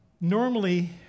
Normally